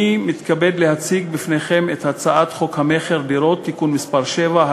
אני מתכבד להציג בפניכם את הצעת חוק המכר (דירות) (תיקון מס' 7),